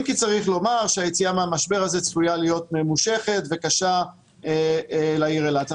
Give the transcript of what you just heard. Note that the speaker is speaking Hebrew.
אם כי צריך לומר שהיציאה מהמשבר הזה צפויה להיות ממושכת וקשה לעיר אילת.